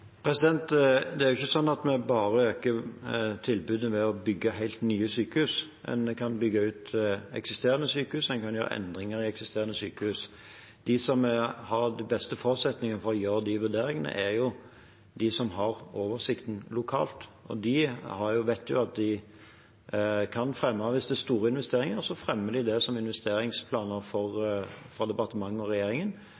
Det er ikke sånn at vi bare øker tilbudet ved å bygge helt nye sykehus. En kan bygge ut eksisterende sykehus, en kan gjøre endringer i eksisterende sykehus. De som har de beste forutsetningene for å gjøre de vurderingene, er de som har oversikten lokalt. De vet at hvis det er store investeringer, kan de fremme det som investeringsplaner for departementet og regjeringen. Mindre investeringsplaner håndterer de selv innenfor de økonomiske rammene de har. De har selv ansvar for